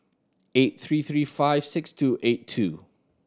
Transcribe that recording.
eight three three five six two eight two